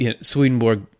Swedenborg